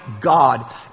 God